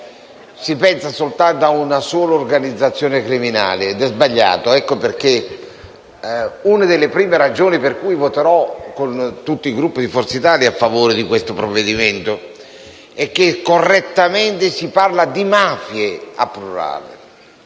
si pensa a una sola organizzazione criminale ed è sbagliato. Una delle prime ragioni per cui voterò, con tutto il Gruppo di Forza Italia, a favore del provvedimento è che correttamente si parla di mafie al plurale,